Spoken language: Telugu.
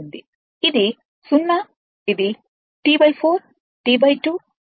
ఇది 0 ఇది T 4 T 2 T